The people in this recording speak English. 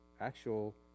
actual